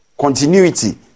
Continuity